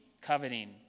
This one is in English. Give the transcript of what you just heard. coveting